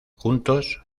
juntos